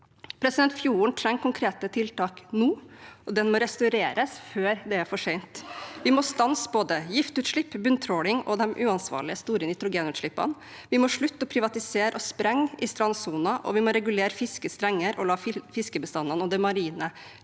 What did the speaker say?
gjøre. Fjorden trenger konkrete tiltak nå – den må restaureres før det er for sent. Vi må stanse både giftutslipp, bunntråling og de uansvarlig store nitrogenutslippene. Vi må slutte å privatisere og sprenge i strandsonen, og vi må regulere fisket strengere og la fiskebestandene og det marine